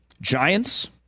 Giants